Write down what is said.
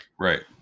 Right